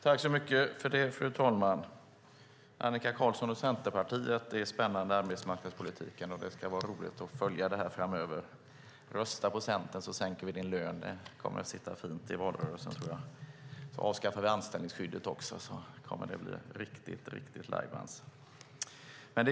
Fru talman! Det är spännande med arbetsmarknadspolitik, Annika Qarlsson och Centerpartiet, och det ska bli roligt att följa det här framöver. Rösta på Centern så sänker vi din lön! Det kommer att sitta fint i valrörelsen. Avskaffar vi anställningsskyddet också kommer det att bli riktigt lajbans.